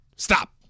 Stop